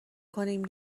کنیم